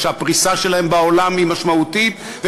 ושהפריסה שלהם בעולם היא משמעותית,